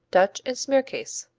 dutch, and smearcase.